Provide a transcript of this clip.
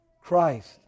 Christ